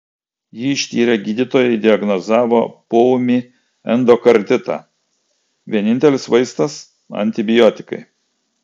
jį ištyrę gydytojai diagnozavo poūmį endokarditą vienintelis vaistas antibiotikai